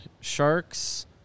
Sharks